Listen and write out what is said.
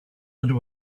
and